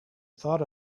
thought